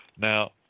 Now